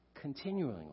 continually